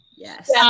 Yes